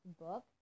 book